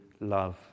love